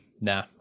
Nah